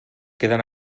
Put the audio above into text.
queden